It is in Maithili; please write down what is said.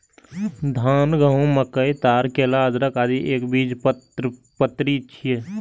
धान, गहूम, मकई, ताड़, केला, अदरक, आदि एकबीजपत्री छियै